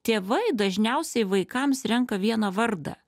tėvai dažniausiai vaikams renka vieną vardą